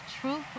truth